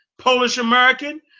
Polish-American